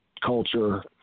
culture